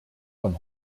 von